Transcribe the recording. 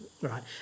right